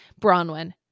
Bronwyn